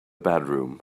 bedroom